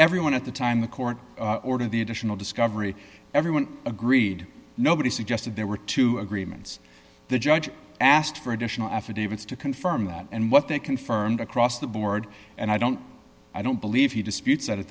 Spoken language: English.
everyone at the time the court ordered the additional discovery everyone agreed nobody suggested there were two agreements the judge asked for additional affidavits to confirm that and what they confirmed across the board and i don't i don't believe he disputes at